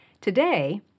Today